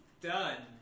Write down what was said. done